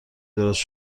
درست